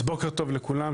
אז בוקר טוב לכולם,